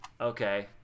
okay